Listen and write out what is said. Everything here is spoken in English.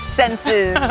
senses